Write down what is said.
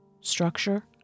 structure